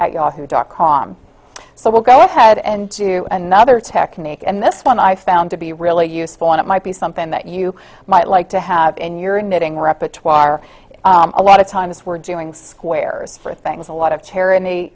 at yahoo dot com so we'll go ahead and do another technique and this one i found to be really useful and it might be something that you might like to have in your knitting repertoire a lot of times we're doing squares for things a lot of ch